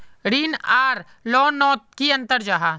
ऋण आर लोन नोत की अंतर जाहा?